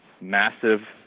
massive